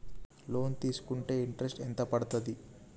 Loan తీస్కుంటే interest ఎంత పడ్తది?